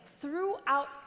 throughout